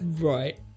right